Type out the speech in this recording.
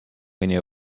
mõni